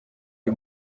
uyu